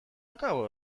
akabo